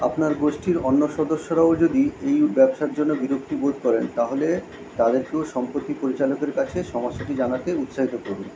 আপনার গোষ্ঠীর অন্য সদস্যরাও যদি এই ব্যবসার জন্য বিরক্তি বোধ করেন তাহলে তাদেরকেও সম্পত্তি পরিচালকের কাছে সমস্যাটি জানাতে উৎসাহিত করুন